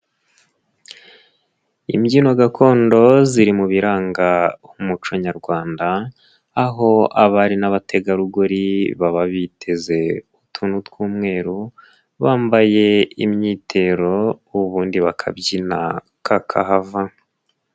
Imbyino gakondo ziri mu biranga umuco nyarwanda, aho abari n'abategarugori baba biteze utuntu tw'umweru, bambaye imyitero ubundi bakabyina kakahava.